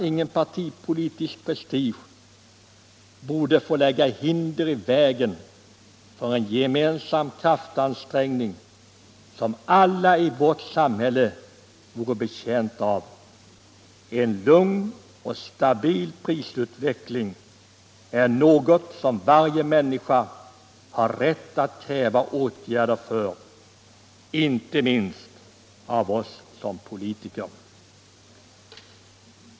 Ingen partipolitisk prestige borde få lägga hinder i vägen för en gemensam kraftansträngning som alla i vårt samhälle vore betjänta av. En lugn och stabil prisutveckling är något som varje människa har rätt att kräva åtgärder för —- inte minst av oss politiker.